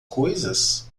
coisas